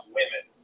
women